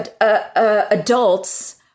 adults